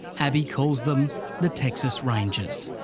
abii calls them the texas rangers.